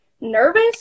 nervous